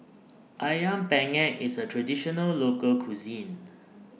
Ayam Penyet IS A Traditional Local Cuisine